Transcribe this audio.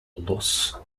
loss